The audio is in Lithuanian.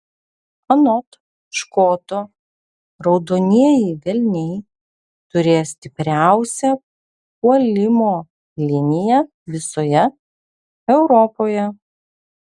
anot škoto raudonieji velniai turės stipriausią puolimo liniją visoje europoje